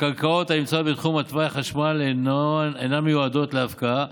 הקרקעות הנמצאות בתחום תוואי קו החשמל אינן מיועדות להפקעה,